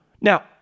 Now